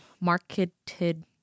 marketed